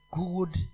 good